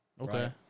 Okay